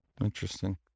Interesting